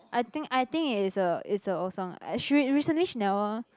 I think I think it is a is a old song uh she re~ recently she never